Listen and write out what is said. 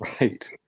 right